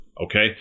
Okay